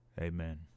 Amen